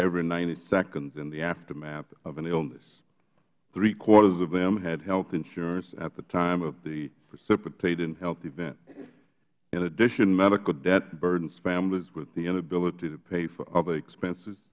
every ninety seconds in the aftermath of an illness three quarters of them had health insurance at the time of the precipitating health event in addition medical debt burdens families with the inability to pay for other expenses